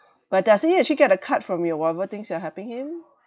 but does he actually get a cut from your whatever things you're helping him